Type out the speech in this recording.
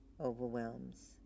overwhelms